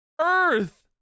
earth